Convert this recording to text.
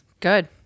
good